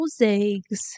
eggs